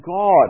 God